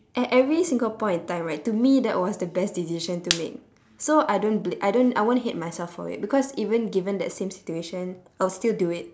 at every single point in time right to me that was the best decision to make so I don't bla~ I don't I won't hate myself for it because even given that same situation I'll still do it